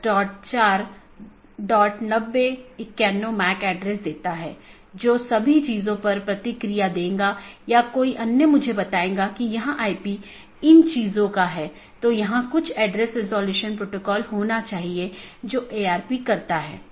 autonomous system के अंदर OSPF और RIP नामक प्रोटोकॉल होते हैं क्योंकि प्रत्येक ऑटॉनमस सिस्टम को एक एडमिनिस्ट्रेटर कंट्रोल करता है इसलिए यह प्रोटोकॉल चुनने के लिए स्वतंत्र होता है कि कौन सा प्रोटोकॉल उपयोग करना है